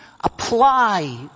apply